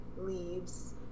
leaves